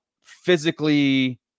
physically